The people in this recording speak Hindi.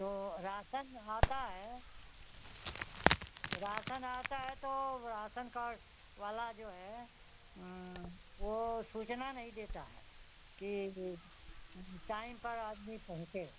तो राशन आता है हाँ राशन आता है तो राशन कार्ड वाला जो है वो सूचना नहीं देता है कि टाइम पर आदमी पहुँचे